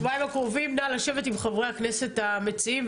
נא לשבת בשבועיים הקרובים עם חברי הכנסת המציעים.